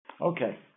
Okay